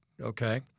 okay